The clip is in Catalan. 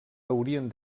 haurien